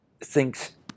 thinks